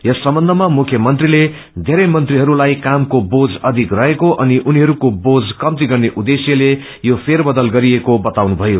यस सम्वन्धमा मुख्यमन्त्रले वेरै मंत्रीहस्ताई कामको बोझ अधिक रहेको अनि उनीहस्क्वे बोझ कम्ती गर्ने उद्खेश्य यो फेर बदल गरिएको बताउनुभयो